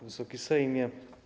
Wysoki Sejmie!